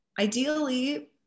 ideally